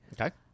Okay